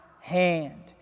hand